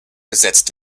gesetzt